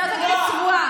אתה אל תגיד לי צבועה.